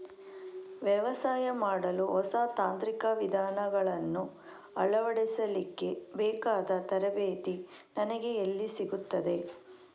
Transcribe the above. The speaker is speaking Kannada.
ವ್ಯವಸಾಯ ಮಾಡಲು ಹೊಸ ತಾಂತ್ರಿಕ ವಿಧಾನಗಳನ್ನು ಅಳವಡಿಸಲಿಕ್ಕೆ ಬೇಕಾದ ತರಬೇತಿ ನನಗೆ ಎಲ್ಲಿ ಸಿಗುತ್ತದೆ?